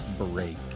break